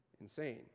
insane